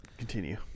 continue